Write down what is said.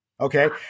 Okay